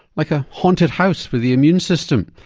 like a haunted house for the immune system.